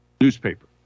newspaper